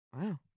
Wow